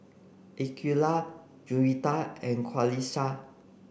Aqeelah Juwita and Qalisha